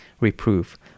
reproof